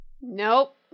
Nope